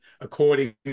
according